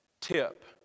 tip